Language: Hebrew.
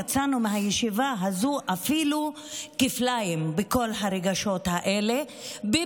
יצאנו מהישיבה הזאת עם כל הרגשות האלה אפילו כפליים,